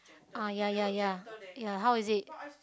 ah ya ya ya ya how's it